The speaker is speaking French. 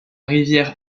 rivière